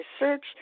research